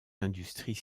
industries